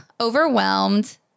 Overwhelmed